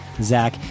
Zach